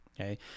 okay